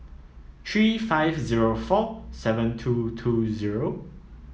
three five zero four seven two two zero